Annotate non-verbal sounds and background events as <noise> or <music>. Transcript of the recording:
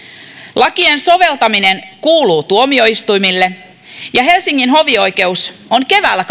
lakien soveltaminen kuuluu tuomioistuimille ja helsingin hovioikeus on keväällä <unintelligible>